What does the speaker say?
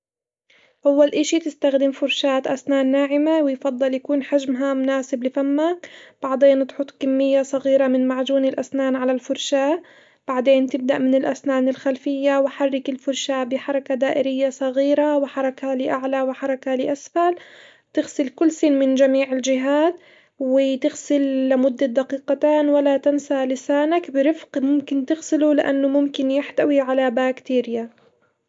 أول إشي تستخدم فرشاة أسنان ناعمة ويفضل يكون حجمها مناسب لفمك، بعدين تحط كمية صغيرة من معجون الأسنان على الفرشاة، بعدين تبدأ من الأسنان الخلفية وحرك الفرشاة بحركة دائرية صغيرة وحركها لأعلى وحركها لأسفل، تغسل كل سن من جميع الجهات وتغسل لمدة دقيقتان ولا تنسى لسانك برفق ممكن تغسله لإنه ممكن يحتوي على بكتيريا.